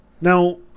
Now